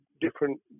different